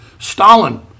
Stalin